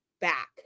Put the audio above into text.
back